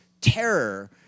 terror